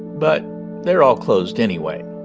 but they're all closed, anyway